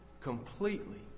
completely